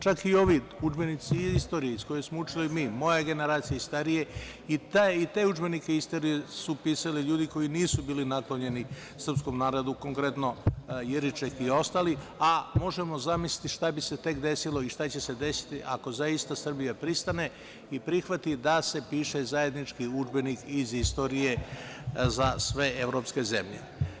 Čak i ovi udžbenici iz istorije iz kojih smo učili mi, moja generacija i stariji, i taj udžbenik su pisali ljudi koji nisu bili naklonjeni srpskom narodu, konkretno Jiriček i ostali, a možemo zamisliti šta bi se tek desilo i šta će se desiti ako zaista Srbija pristane i prihvati da se piše zajednički udžbenik iz istorije za sve evropske zemlje.